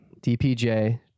DPJ